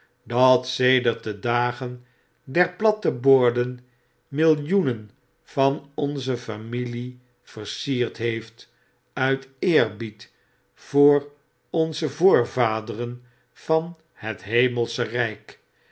dat sedert de dagen der platte borden millioenen van onze fariiilieversierd heeft uit eerbied voor onze voorvaderen van het hemelsche kijk